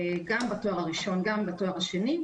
גם תואר ראשון וגם תואר שני,